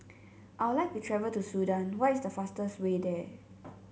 I would like to travel to Sudan what is the fastest way there